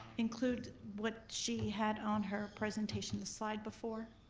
include what she had on her presentation, the slide before.